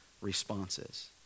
responses